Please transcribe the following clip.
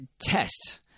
test